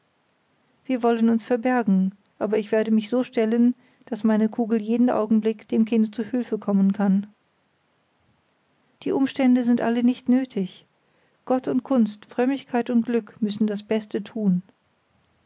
wir wollen uns verbergen aber ich werde mich so stellen daß meine kugel jeden augenblick dem kinde zu hülfe kommen kann die umstände sind alle nicht nötig gott und kunst frömmigkeit und glück müssen das beste tun